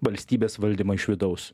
valstybės valdymą iš vidaus